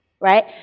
right